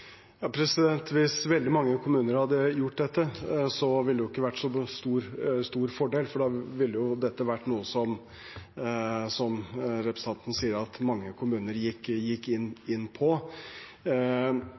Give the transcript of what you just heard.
Hvis veldig mange kommuner hadde gjort dette, ville ikke det vært en så stor fordel, for da ville dette vært, som representanten sier, noe mange kommuner gikk inn